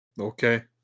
Okay